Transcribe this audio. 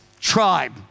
tribe